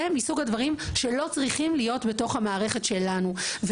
זה מסוג הדברים שלא צריכים להיות בתוך המערכת שלנו.